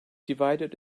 divided